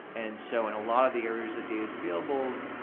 and so in a lot of the areas that data is available,